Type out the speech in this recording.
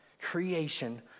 creation